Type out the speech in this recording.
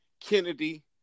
Kennedy